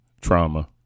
trauma